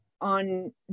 on